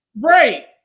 Right